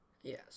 Yes